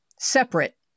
separate